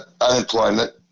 unemployment